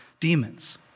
demons